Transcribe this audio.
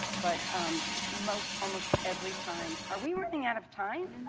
but most almost every time are we running out of time?